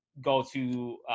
go-to